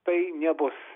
tai nebus